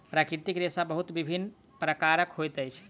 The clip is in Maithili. प्राकृतिक रेशा बहुत विभिन्न प्रकारक होइत अछि